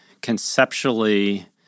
conceptually